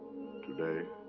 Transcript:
today.